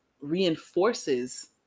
reinforces